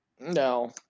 No